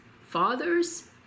fathers